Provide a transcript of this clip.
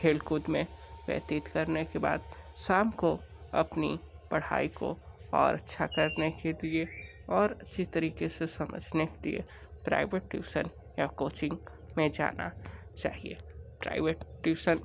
खेलकूद में व्यतीत करने के बाद शाम को अपनी पढ़ाई को और अच्छा करने के लिए और अच्छी तरीके से समझने के लिए प्राइवेट ट्यूशन या कोचिंग में जाना चाहिए प्राइवेट ट्यूशन